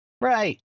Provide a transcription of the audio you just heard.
right